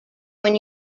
when